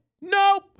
Nope